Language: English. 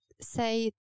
say